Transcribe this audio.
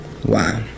Wow